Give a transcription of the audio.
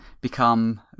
become